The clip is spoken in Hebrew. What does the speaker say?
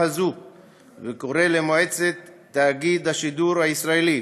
הזאת כדי לקרוא למועצת תאגיד השידור הישראלי